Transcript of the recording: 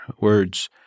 words